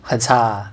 很差 ah